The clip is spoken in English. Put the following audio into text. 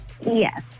yes